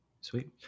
Sweet